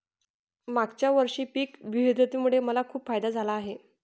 मागच्या वर्षी पिक विविधतेमुळे मला खूप फायदा झाला आहे